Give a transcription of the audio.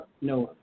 Noah